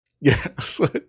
Yes